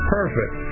Perfect